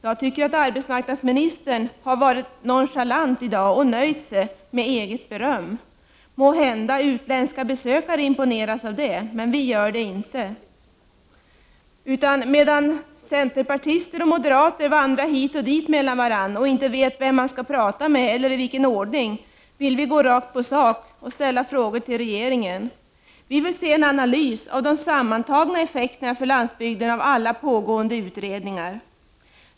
Jag tycker att arbetsmarknadsministern har varit nonchalant och nöjt sig med eget beröm. Måhända imponernas utländska besökare av det, men vi gör det inte. Medan centerpartister och moderater vandrar hit och dit mellan varandra och inte vet vem de skall prata med eller i vilken ordning, vill vi gå rakt på sak och ställa frågor till regeringen. Vi vill se en analys av de sammantagna effekterna för landsbygden av alla pågående utredningar.